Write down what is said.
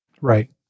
right